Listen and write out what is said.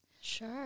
Sure